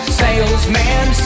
salesman